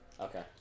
Okay